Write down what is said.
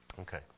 Okay